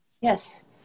Yes